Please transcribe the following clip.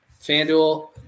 FanDuel